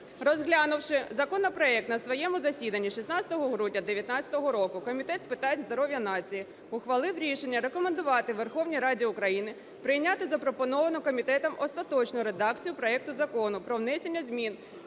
Розглянувши законопроект на своєму засіданні 16 грудня 19-го року Комітет з питань здоров'я нації ухвали рішення рекомендувати Верховній Раді України прийняти запропоновану комітетом остаточну редакцію проекту Закону про внесення змін